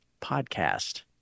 podcast